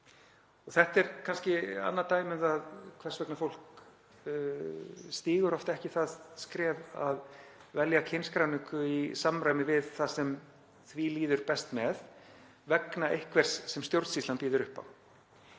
Þetta er annað dæmi um það hvers vegna fólk stígur oft ekki það skref að velja kynskráningu í samræmi við það sem því líður best með vegna einhvers sem stjórnsýslan býður upp á.